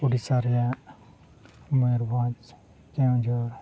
ᱩᱲᱤᱥᱥᱟ ᱨᱮᱭᱟᱜ ᱢᱩᱭᱩᱨᱵᱷᱚᱡᱽ ᱠᱮᱸᱣᱡᱷᱚᱨ